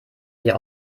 wir